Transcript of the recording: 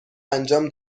انجام